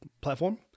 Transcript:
platform